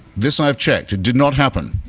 this i've checked. it did not happen.